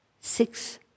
six